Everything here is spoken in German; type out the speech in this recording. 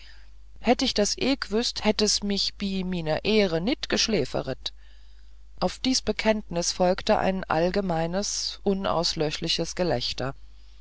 hätt ich das eh gwüßt hätt es mich bi miner ehr nit g'schläferet auf dies bekenntnis folgte ein allgemeines unauslöschliches gelächter